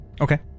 Okay